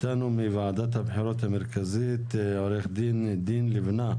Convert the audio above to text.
איתנו מוועדת הבחירות המרכזית עו"ד דין ליבנה.